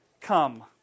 come